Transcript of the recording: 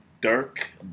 Dirk